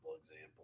example